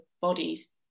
bodies